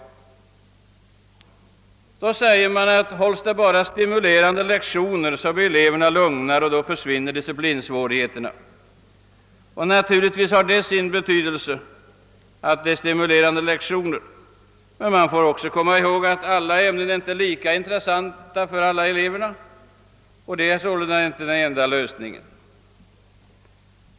Då säger man, att hålls det bara stimulerande lektioner blir eleverna lugnare och disciplinsvårigheterna försvinner. Naturligtvis har det sin betydelse att lektionerna är stimulerande, men vi måste komma ihåg att alla ämnen inte är lika intressanta för alla elever. Att se till att lektionerna blir stimulerande är sålunda inte den enda lösningen.